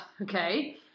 Okay